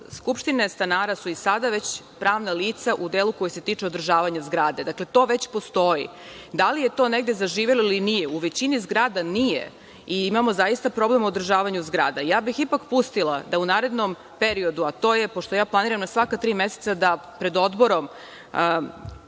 skupštine stanara su i sada već pravna lica u delu koji se tiče održavanja zgrade. Dakle, to već postoji. Da li je to negde zaživelo ili nije, u većini zgrada nije i zaista imamo problem u održavanju zgrada. Ja bih ipak pustila da u narednom periodu, a to je, pošto ja planiram na svaka tri meseca da pred odborom